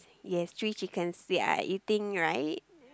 yes three chickens they are eating right